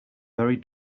very